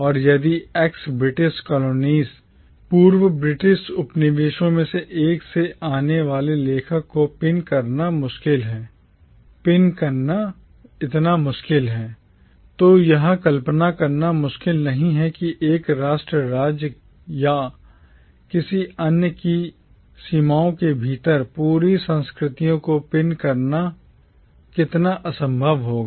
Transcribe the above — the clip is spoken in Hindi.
और यदि ex British colonies पूर्व ब्रिटिश उपनिवेशों में से एक से आने वाले लेखक को पिन करना इतना मुश्किल है तो यह कल्पना करना मुश्किल नहीं है कि एक राष्ट्र राज्य या किसी अन्य की सीमाओं के भीतर पूरी संस्कृतियों को पिन करना कितना असंभव होगा